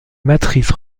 matrices